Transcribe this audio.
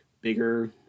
bigger